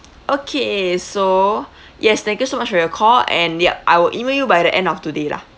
okay so yes thank you so much for your call and yup I will email you by the end of today lah